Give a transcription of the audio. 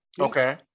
Okay